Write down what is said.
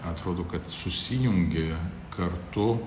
atrodo kad susijungė kartu